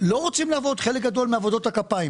רוצים לעבוד בחלק גדול מעבודות הכפיים.